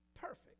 perfect